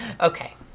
Okay